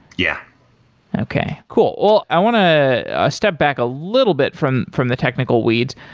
yeah okay. cool. well, i want to step back a little bit from from the technical weeds.